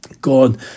God